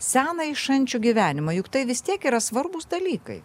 senąjį šančių gyvenimą juk tai vis tiek yra svarbūs dalykai